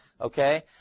okay